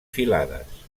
filades